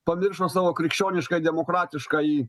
pamiršo savo krikščionišką demokratiškąjį